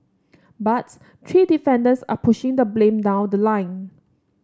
but three defendants are pushing the blame down the line